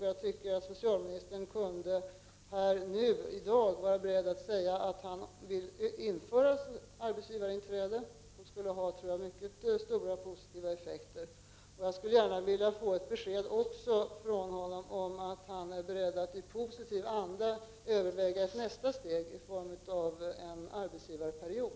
Jag tycker att socialministern här i dag kunde var beredd att säga att han vill införa arbetsgivarinträde — det skulle, tror jag, ha mycket stora positiva effekter. Jag skulle gärna vilja ha ett besked av socialministern också om att han är beredd att i positiv anda överväga ett nästa steg i form av en arbetsgivarperiod.